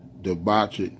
debauched